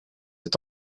est